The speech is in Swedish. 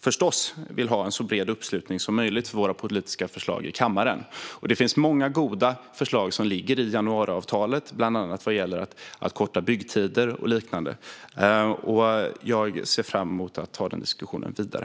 förstås vill ha en så bred uppslutning som möjligt för våra politiska förslag i kammaren. Det finns många goda förslag i januariavtalet, bland annat vad gäller att korta byggtider och liknande. Jag ser fram emot att ta den diskussionen vidare.